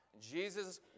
Jesus